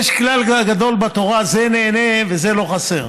יש כלל גדול בתורה: זה נהנה וזה אלא חסר.